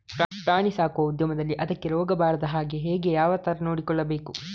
ಪ್ರಾಣಿ ಸಾಕುವ ಉದ್ಯಮದಲ್ಲಿ ಅದಕ್ಕೆ ರೋಗ ಬಾರದ ಹಾಗೆ ಹೇಗೆ ಯಾವ ತರ ನೋಡಿಕೊಳ್ಳಬೇಕು?